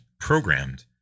programmed